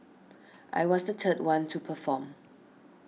I was the third one to perform